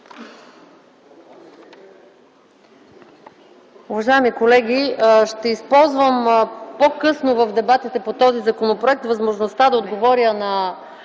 Уважаеми колеги, ще използвам по-късно в дебатите по този законопроект възможността да отговоря на